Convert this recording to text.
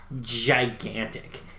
Gigantic